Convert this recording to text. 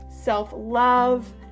self-love